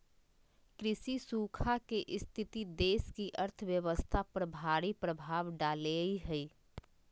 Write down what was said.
कृषि सूखा के स्थिति देश की अर्थव्यवस्था पर भारी प्रभाव डालेय हइ